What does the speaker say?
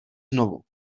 znovu